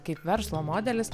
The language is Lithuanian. kaip verslo modelis